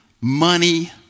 money